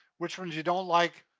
which ones you don't like,